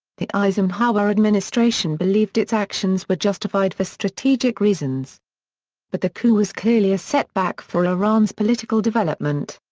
the eisenhower administration believed its actions were justified for strategic reasons but the coup was clearly a setback for iran's political development.